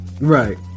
right